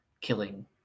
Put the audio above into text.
killing